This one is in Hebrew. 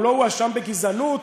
הוא לא הואשם בגזענות,